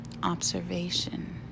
observation